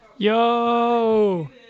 yo